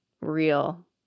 real